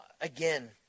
again